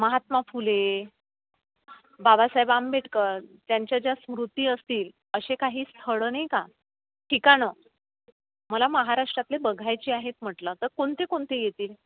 महात्मा फुले बाबासाहेब आंबेडकर त्यांच्या ज्या स्मृती असतील असे काही स्थळं नाही का ठिकाणं मला महाराष्ट्रातले बघायचे आहेत म्हटलं तर कोणते कोणते येतील